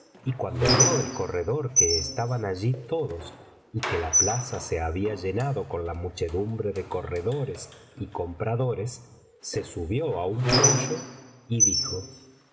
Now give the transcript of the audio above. y cuando vio el corredor que estaban allí todos y que la plaza se había llenado con la muchedumbre de corredores y compradores se subió á un poyo y